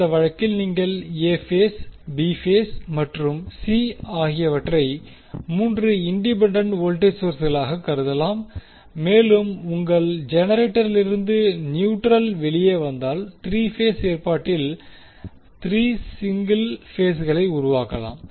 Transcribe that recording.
அந்த வழக்கில் நீங்கள் எ பேஸ் பி பேஸ் மற்றும் சி ஆகியவற்றை 3 இண்டிபெண்டண்ட் வோல்டேஜ் சோர்ஸ்களாக கருதலாம் மேலும் உங்கள் ஜெனரேட்டரிலிருந்து நியூட்ரல் வெளியே வந்தால் 3 பேஸ் ஏற்பாட்டில் 3 சிங்கிள் பேஸ்களை உருவாக்கலாம்